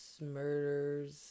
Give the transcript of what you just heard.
murders